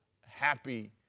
happy